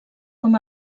com